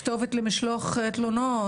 כתובת למשלוח תלונות.